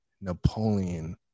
Napoleon